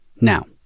Now